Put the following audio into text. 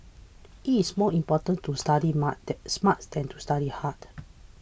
it is more important to study smart smart than to study hard